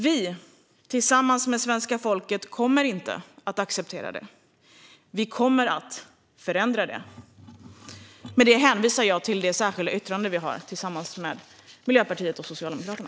Vi, tillsammans med svenska folket, kommer inte att acceptera det. Vi kommer att förändra det. Med detta hänvisar jag till det särskilda yttrande vi har tillsammans med Miljöpartiet och Socialdemokraterna.